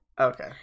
Okay